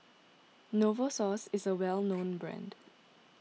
Novosource is a well known brand